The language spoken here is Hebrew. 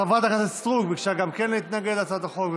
חברת הכנסת סטרוק ביקשה גם כן להתנגד להצעת החוק.